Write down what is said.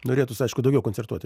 norėtųsi aišku daugiau koncertuoti